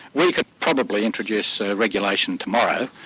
we could probably introduce a regulation tomorrow,